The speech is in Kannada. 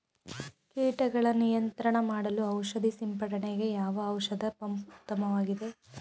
ಕೀಟಗಳ ನಿಯಂತ್ರಣ ಮಾಡಲು ಔಷಧಿ ಸಿಂಪಡಣೆಗೆ ಯಾವ ಔಷಧ ಪಂಪ್ ಉತ್ತಮವಾಗಿದೆ?